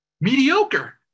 mediocre